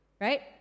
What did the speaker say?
right